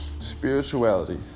Spirituality